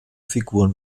figuren